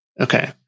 Okay